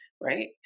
right